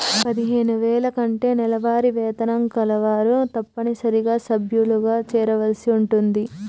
పదిహేను వేల కంటే నెలవారీ వేతనం కలవారు తప్పనిసరిగా సభ్యులుగా చేరవలసి ఉంటుంది